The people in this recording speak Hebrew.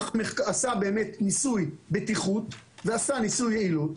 עשה ניסוי בטיחות וניסוי יעילות.